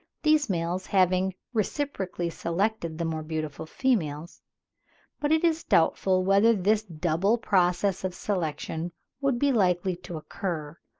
these males having reciprocally selected the more beautiful females but it is doubtful whether this double process of selection would be likely to occur,